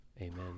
Amen